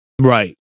Right